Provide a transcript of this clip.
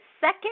second